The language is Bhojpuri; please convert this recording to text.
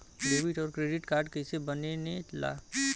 डेबिट और क्रेडिट कार्ड कईसे बने ने ला?